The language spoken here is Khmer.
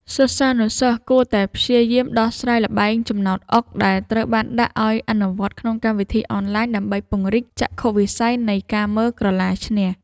សិស្សានុសិស្សគួរតែព្យាយាមដោះស្រាយល្បែងចំណោទអុកដែលត្រូវបានដាក់ឱ្យអនុវត្តក្នុងកម្មវិធីអនឡាញដើម្បីពង្រីកចក្ខុវិស័យនៃការមើលក្រឡាឈ្នះ។